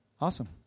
awesome